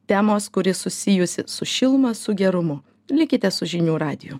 temos kuri susijusi su šiluma su gerumu likite su žinių radiju